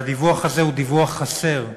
והדיווח הזה הוא דיווח חסר.